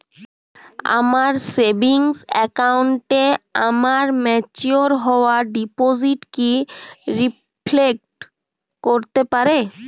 আমার সেভিংস অ্যাকাউন্টে আমার ম্যাচিওর হওয়া ডিপোজিট কি রিফ্লেক্ট করতে পারে?